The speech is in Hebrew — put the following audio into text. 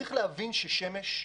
יש לנו שמש,